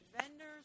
vendors